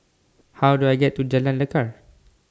How Do I get to Jalan Lekar